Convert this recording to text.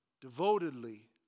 devotedly